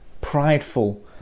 prideful